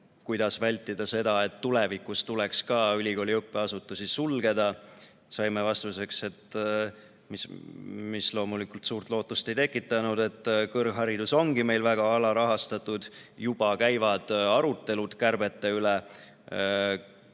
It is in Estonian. kuidas vältida seda, et tulevikus tuleb ülikoolide õppeasutusi sulgeda. Saime vastuse, mis loomulikult suurt lootust ei tekitanud, et kõrgharidus ongi meil väga alarahastatud. Juba käivad arutelud kärbete üle.